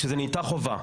כשזה נהיה חובה.